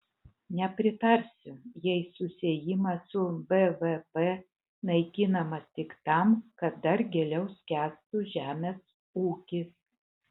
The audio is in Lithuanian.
nepritarsiu jei susiejimas su bvp naikinamas tik tam kad dar giliau skęstų žemės ūkis